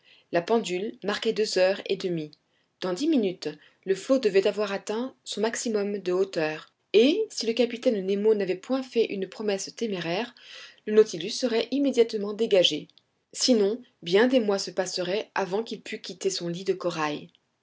la pendule marquait deux heures et demie dans dix minutes le flot devait avoir atteint son maximum de hauteur et si le capitaine nemo n'avait point fait une promesse téméraire le nautilus serait immédiatement dégagé sinon bien des mois se passeraient avant qu'il pût quitter son lit de corail